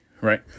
right